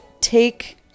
take